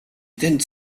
tens